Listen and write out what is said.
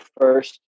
first